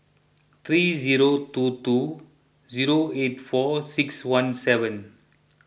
three zero two two zero eight four six one seven